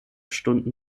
stunden